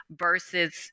versus